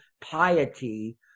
piety